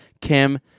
Kim